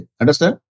understand